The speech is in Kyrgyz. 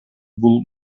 бул